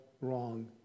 wrong